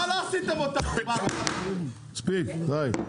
מספיק, די.